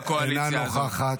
לא אבין, נכון.